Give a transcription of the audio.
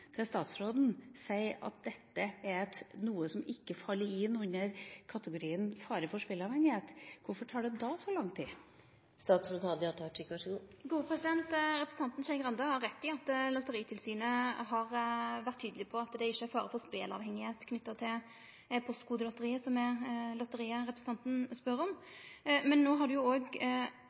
ikke faller inn under kategorien: fare for spilleavhengighet? Hvorfor tar det da så lang tid? Representanten Skei Grande har rett i at Lotteritilsynet har vore tydeleg på at det ikkje er fare for speleavhengigheit knytt til Postkodelotteriet, som er lotteriet representanten spør om. Men